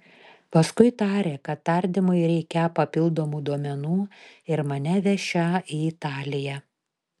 paskui tarė kad tardymui reikią papildomų duomenų ir mane vešią į italiją